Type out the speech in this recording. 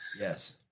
Yes